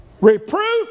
reproof